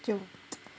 就